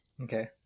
Okay